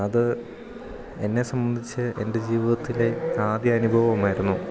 അത് എന്നെ സംബന്ധിച്ച് എൻ്റെ ജീവിതത്തിലെ ആദ്യ അനുഭവമായിരുന്നു